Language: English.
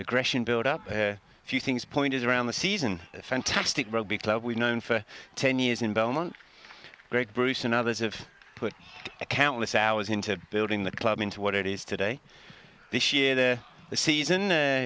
aggression build up a few things point is around the season a fantastic rugby club we've known for ten years in belmont great bruce and others have put countless hours into building the club into what it is today this year their season